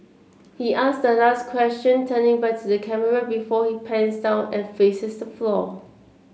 he ask the last question turning back to the camera before it pans down and faces the floor